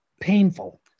painful